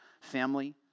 family